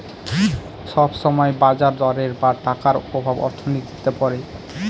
সব সময় বাজার দরের বা টাকার প্রভাব অর্থনীতিতে পড়ে